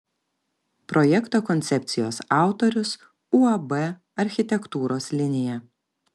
projekto koncepcijos autorius uab architektūros linija